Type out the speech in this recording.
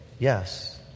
Yes